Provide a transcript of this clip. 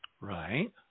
right